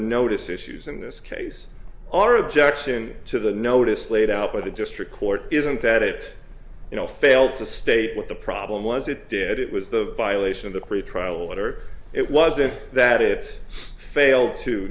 notice issues in this case or objection to the notice laid out by the district court isn't that it you know fail to state what the problem was it did it was the violation of the pretrial letter it wasn't that it failed to